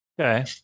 Okay